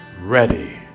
ready